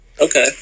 Okay